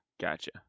Gotcha